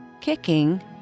kicking